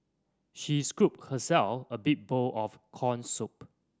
she scooped herself a big bowl of corn soup